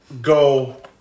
go